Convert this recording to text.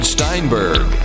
Steinberg